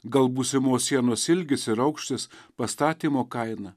gal būsimos sienos ilgis ir aukštis pastatymo kaina